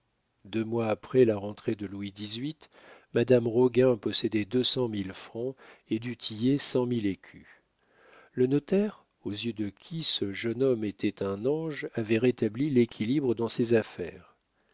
deux mois après la rentrée de louis xviii madame roguin possédait deux cent mille francs et du tillet cent mille écus le notaire aux yeux de qui ce jeune homme était un ange avait rétabli l'équilibre dans ses affaires